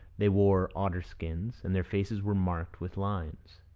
they wore otter skins, and their faces were marked with lines.